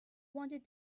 wanted